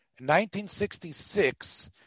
1966